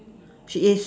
she is